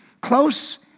close